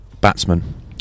batsman